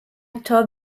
taught